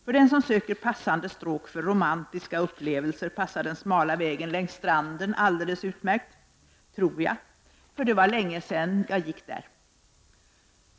För den som söker passande stråk för romantiska upplevelser är den smala vägen längs stranden alldeles utmärkt — tror jag, för det var länge sedan jag gick där.